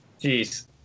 Jeez